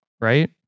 right